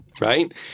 right